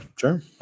sure